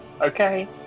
Okay